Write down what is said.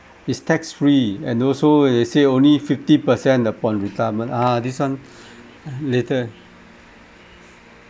it's tax free and also they say only fifty percent upon retirement ah this one uh later